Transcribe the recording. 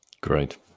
great